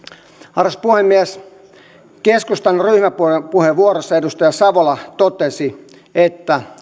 arvoisa puhemies keskustan ryhmäpuheenvuorossa edustaja savola totesi että